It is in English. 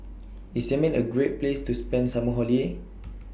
IS Yemen A Great Place to spend Summer Holiday